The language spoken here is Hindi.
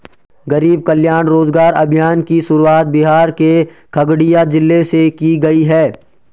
गरीब कल्याण रोजगार अभियान की शुरुआत बिहार के खगड़िया जिले से की गयी है